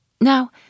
Now